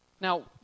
Now